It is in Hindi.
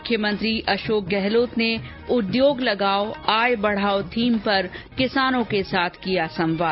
मुख्यमंत्री अशोक गहलोत ने उद्योग लगाओ आय बढाओ थीम पर किसानों के साथ किया संवाद